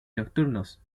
nocturnos